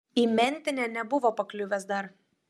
į mentinę nebuvo pakliuvęs dar